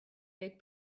big